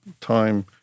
time